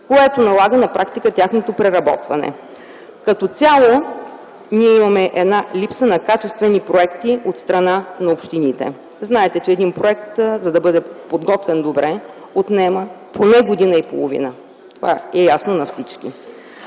което налага на практика тяхното преработване. Като цяло ние имаме една липса на качествени проекти от страна на общините. Знаете, че за да бъде подготвен добре един проект, отнема поне година и половина. Това е ясно на всички.